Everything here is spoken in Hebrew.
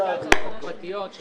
שלוש הצעות חוק שרוצים